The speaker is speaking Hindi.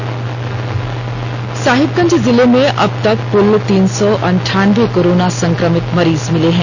साहिबगंज कोरोना साहिबगंज जिले में अब तक कुल तीन सौ अंठानबे कोरोना संक्रमित मरीज मिले हैं